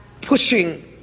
pushing